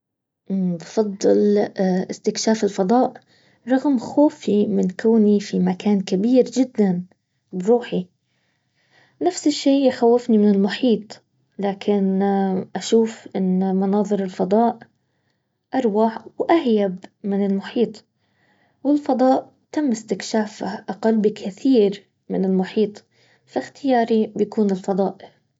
بفضل استكشاف الفضاء رغم خ في من كوني في مكان كبير جدا بروحي نفس الشي يخوفني من المحيط لاكن اشوف انه مناظر الفضاء اروح واهيب من المحيط والفضاء تم استكشافه اقل بكثير من المحيط فاختياري بيكون الفضاء